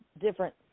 different